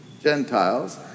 Gentiles